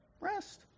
Rest